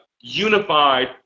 unified